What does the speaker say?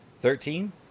Thirteen